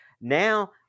Now